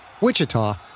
Wichita